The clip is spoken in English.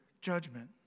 judgment